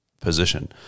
position